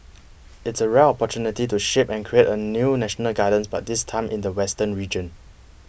it's a rare opportunity to shape and create a new national gardens but this time in the western region